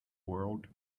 world